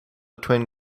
twin